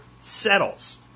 settles